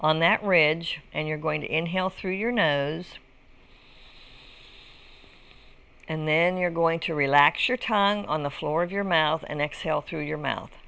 on that ridge and you're going to inhale through your nose and then you're going to relax your tongue on the floor of your mouth and exhale through your mouth